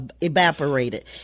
evaporated